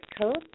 code